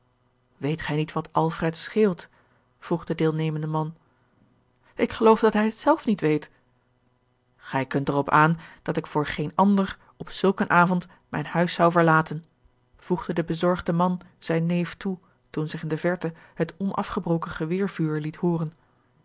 weet gij niet wat alfred scheelt vroeg de deelnemende man ik geloof dat hij het zelf niet weet george een ongeluksvogel gij kunt er op aan dat ik voor geen ander op zulk een avond mijn huis zou verlaten voegde de bezorgde man zijn neef toe toen zich in de verte het onafgebroken geweervuur liet hooren